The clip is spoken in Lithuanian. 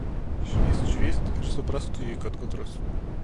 švyst švyst ir suprask tu jį kad gudrus